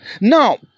Now